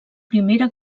primera